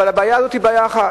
אבל הבעיה הזאת היא בעיה אחת,